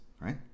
right